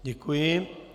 Děkuji.